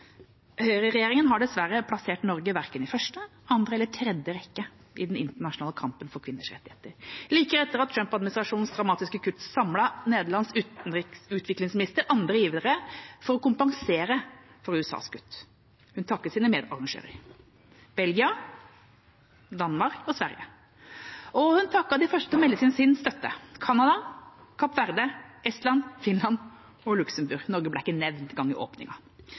Høyreregjeringa har dessverre plassert Norge verken i første, andre eller tredje rekke i den internasjonale kampen for kvinners rettigheter. Like etter Trump-administrasjonens dramatiske kutt samlet Nederlands utviklingsminister andre givere for å kompensere for USAs kutt. Hun takket sine medarrangører Belgia, Danmark og Sverige. Og hun takket de første som meldte sin støtte: Canada, Kapp Verde, Estland, Finland og Luxembourg. Norge ble ikke engang nevnt i